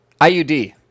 IUD